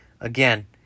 again